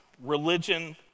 religion